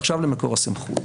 ועכשיו למקור הסמכות.